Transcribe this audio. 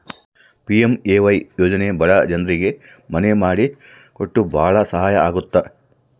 PMAY ಯೋಜನೆ ಬಡ ಜನ್ರಿಗೆ ಮನೆ ಮಾಡಿ ಕೊಟ್ಟು ಭಾಳ ಸಹಾಯ ಆಗುತ್ತ